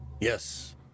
Yes